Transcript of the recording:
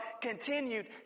continued